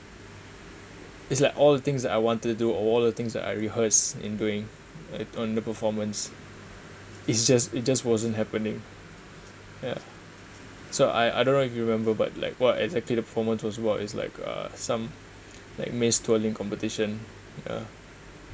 it's like all the things that I wanted to do all the things that I rehearse in doing it on the performance it's just it just wasn't happening ya so I I don't know if you remember but like what exactly the performance was about is like uh some like mace twirling competition ah